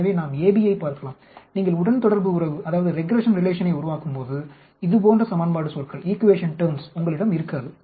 எனவே நாம் ab ஐப் பார்க்கலாம் நீங்கள் உடன்தொடர்பு உறவினை உருவாக்கும்போது இது போன்ற சமன்பாடு சொற்கள் உங்களிடம் இருக்காது